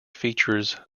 features